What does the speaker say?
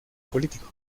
político